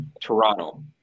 Toronto